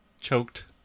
choked